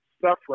suffering